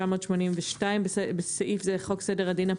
התשמ"ב-1982 (בסעיף זה חוק סדר הדין הפלילי),